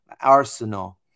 Arsenal